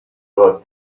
about